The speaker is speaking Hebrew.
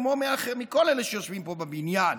כמו מכל אלה שיושבים פה בבניין.